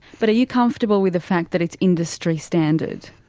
but are you comfortable with the fact that it's industry standard?